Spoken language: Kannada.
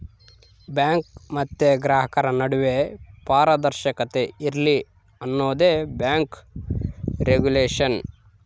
ಬ್ಯಾಂಕ್ ಮತ್ತೆ ಗ್ರಾಹಕರ ನಡುವೆ ಪಾರದರ್ಶಕತೆ ಇರ್ಲಿ ಅನ್ನೋದೇ ಬ್ಯಾಂಕ್ ರಿಗುಲೇಷನ್